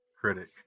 critic